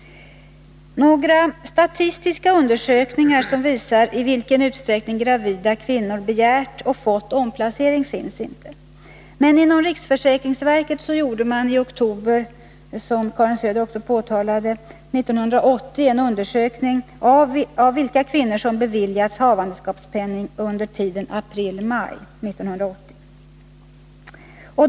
Några statistiska undersökningar som visar i vilken utsträckning gravida kvinnor begärt och fått omplacering finns inte. Men inom riksförsäkringsverket gjorde man, som Karin Söder också omtalade, i oktober 1980 en undersökning av vilka kvinnor som beviljats havandeskapspenning under tiden april-maj 1980.